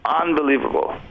unbelievable